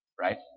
right